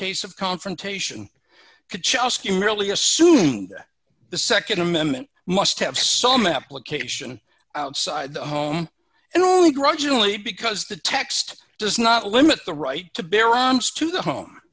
case of confrontation could chelsea merely assumed that the nd amendment must have some application outside the home and only grudgingly because the text does not limit the right to bear arms to the home